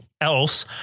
else